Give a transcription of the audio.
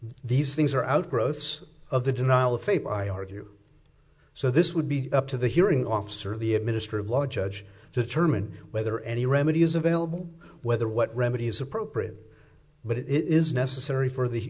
these things are outgrowths of the denial of faith i argue so this would be up to the hearing officer of the administrative law judge to determine whether any remedy is available whether what remedy is appropriate but it is necessary for the